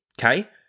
okay